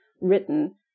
written